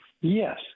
yes